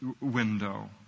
window